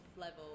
level